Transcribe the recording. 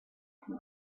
from